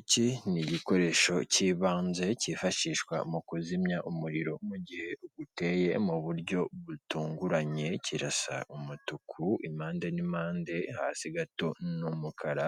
Iki ni igikoresho cyibanze kifashishwa mu kuzimya umuriro, mu gihe uguteye mu buryo butunguranye, kirasa umutuku impande n'impande, hasi hato ni umukara.